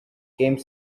came